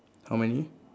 how many